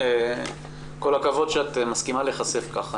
כל הכבוד שאת מסכימה להיחשף כך.